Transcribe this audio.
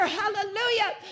hallelujah